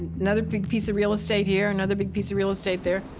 another big piece of real estate here, another big piece of real estate there.